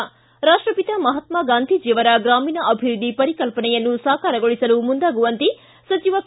ಿ ರಾಷ್ಟಪಿತ ಮಹಾತ್ಮ ಗಾಂಧೀಜ ಅವರ ಗ್ರಾಮೀಣ ಅಭಿವೃದ್ಧಿ ಪರಿಕಲ್ಪನೆಯನ್ನು ಸಾಕಾರಗೊಳಿಸಲು ಮುಂದಾಗುವಂತೆ ಸಚಿವ ಕೆ